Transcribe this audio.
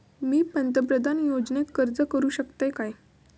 मी पंतप्रधान योजनेक अर्ज करू शकतय काय?